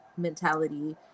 mentality